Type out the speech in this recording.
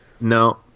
No